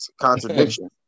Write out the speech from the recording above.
Contradiction